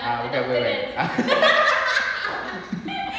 ah bukan bukan bukan